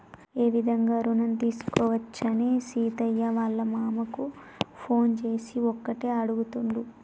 ఏ విధంగా రుణం తీసుకోవచ్చని సీనయ్య వాళ్ళ మామ కు ఫోన్ చేసి ఒకటే అడుగుతుండు